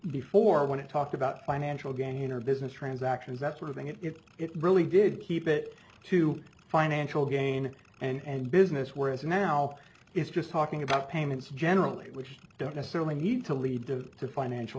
before when you talk about financial gain or business transactions that sort of thing if it really did keep it to financial gain and business whereas now it's just talking about payments generally which don't necessarily need to lead to financial